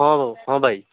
ହଁ ହଉ ହଁ ଭାଇ